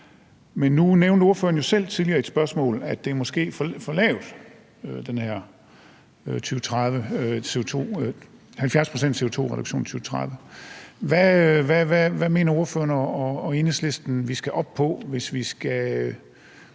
Men nu nævnte ordføreren jo selv tidligere i et spørgsmål, at det måske er for lavt med den her 70-procents-CO2-reduktion i 2030. Hvad mener ordføreren og Enhedslisten vi skal op på, nu det